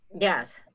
yes